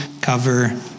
cover